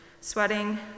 sweating